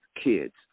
kids